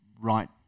right